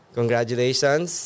Congratulations